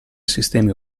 sistemi